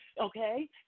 okay